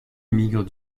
émigre